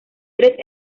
tres